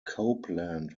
copeland